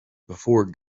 before